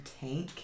tank